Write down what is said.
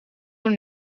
door